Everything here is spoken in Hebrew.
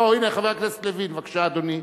הנה, חבר הכנסת לוין, בבקשה, אדוני.